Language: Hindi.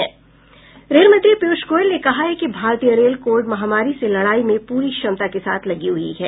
रेल मंत्री पीयूष गोयल ने कहा है कि भारतीय रेल कोविड महामारी से लड़ाई में पूरी क्षमता के साथ लगी हुई है